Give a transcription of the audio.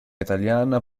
italiana